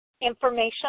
information